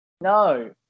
No